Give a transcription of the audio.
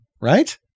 right